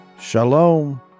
Shalom